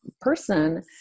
person